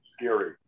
scary